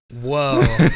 Whoa